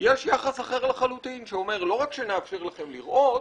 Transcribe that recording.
יש יחס אחר לחלוטין שאומר לא רק שנאפשר לכם לבנות.